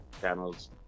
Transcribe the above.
channels